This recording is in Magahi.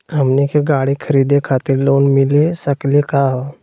हमनी के गाड़ी खरीदै खातिर लोन मिली सकली का हो?